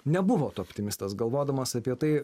nebuvot optimistas galvodamas apie tai